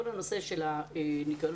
כל הנושא של הניקיון.